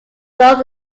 both